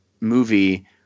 movie